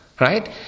right